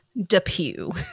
Depew